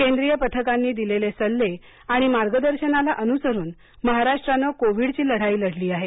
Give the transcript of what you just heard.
केंद्रीय पथकांनी दिलेले सल्ले आणि मार्गदर्शनाला अनुसरून महाराष्ट्रानं कोविडची लढाई लढली आहे